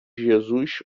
jesus